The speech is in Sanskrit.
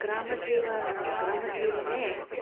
ग्रामजीवने ग्रामजीवने